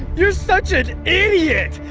you're such an idiot.